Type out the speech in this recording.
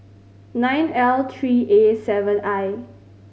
nine L three A seven I